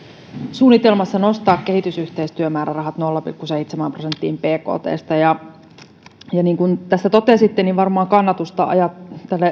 suunnitelmassa nostaa kehitysyhteistyömäärärahat nolla pilkku seitsemään prosenttiin bktstä ja niin kuin tässä totesitte varmaan kannatusta tälle